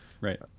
Right